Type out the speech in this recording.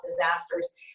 disasters